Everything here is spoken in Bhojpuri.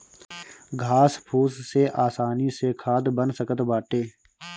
घास फूस से आसानी से खाद बन सकत बाटे